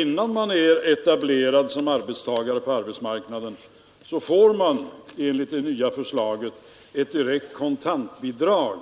Innan man är det får man enligt det nya förslaget ett direkt kontantbidrag,